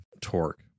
torque